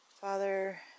Father